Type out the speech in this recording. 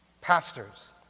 Pastors